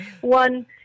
one